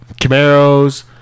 Camaros